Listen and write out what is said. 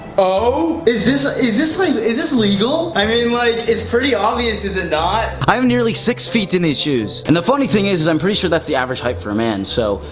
oh? is this ah this like is this legal? i mean like it's pretty obvious, is it not? i'm nearly six feet in these shoes, and the funny thing is is i'm pretty sure that's the average height for a man, so,